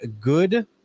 Good